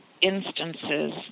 instances